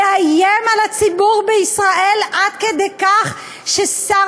מאיים על הציבור בישראל עד כדי כך ששר